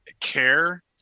care